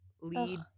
lead